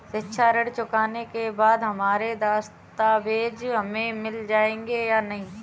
शिक्षा ऋण चुकाने के बाद हमारे दस्तावेज हमें मिल जाएंगे या नहीं?